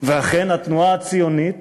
ואכן, התנועה הציונית